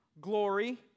glory